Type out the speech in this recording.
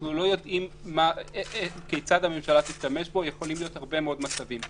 אנחנו לא יודעים כיצד הממשלה תשתמש בו ויכולים להיות הרבה מאוד מצבים.